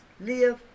Live